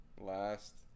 Last